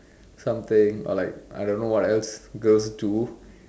something or like I don't know what else girls do